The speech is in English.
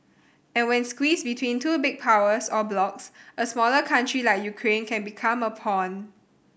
and when squeezed between two big powers or blocs a smaller country like Ukraine can become a pawn